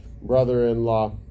brother-in-law